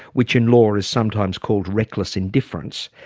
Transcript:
which in law is sometimes called reckless indifference,